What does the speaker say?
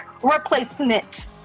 replacement